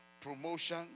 promotion